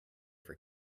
for